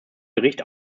bericht